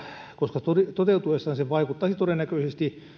koska toteutuessaan se vaikuttaisi todennäköisesti